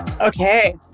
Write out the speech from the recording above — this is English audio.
Okay